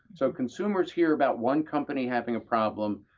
so consumers hear about one company having a problem,